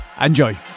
Enjoy